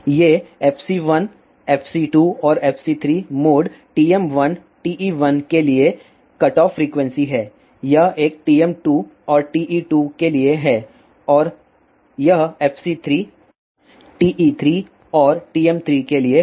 ये fc1 fc2 और fc3 mode TM 1 TE1 के लिए कटऑफ फ्रीक्वेंसी हैं यह एक TM2 और TE2 के लिए हैऔर यहfc3 TE3 और TM3 के लिए है